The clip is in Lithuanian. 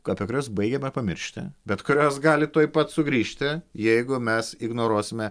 apie kurias baigiame pamiršti bet kurios gali tuoj pat sugrįžti jeigu mes ignoruosime